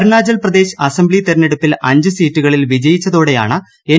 Arunachal Pradesh assembly തെരഞ്ഞെടുപ്പിൽ അഞ്ച് സീറ്റുകളിൽ വിജയിച്ചതോടെയാണ് എൻ